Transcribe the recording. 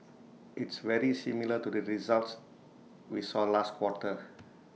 it's very similar to the results we saw last quarter